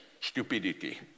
stupidity